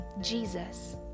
Jesus